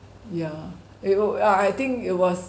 yeah it'll uh I think it was